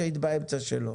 להפך.